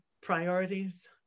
priorities